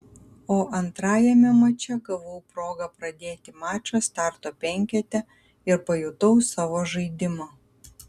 o antrajame mače gavau progą pradėti mačą starto penkete ir pajutau savo žaidimą